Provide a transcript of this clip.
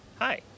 Hi